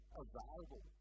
available